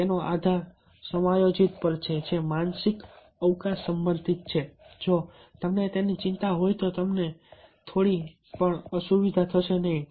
તેનો આધાર સમાયોજિત પર છે જે માનસિક અવકાશ સંબંધિત છે જો તમને તેની ચિંતા હોય તો અમને થોડી પણ અસુવિધા થશે નહીં